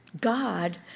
God